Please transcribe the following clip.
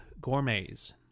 Gourmets